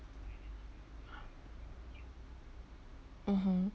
mmhmm